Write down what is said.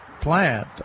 plant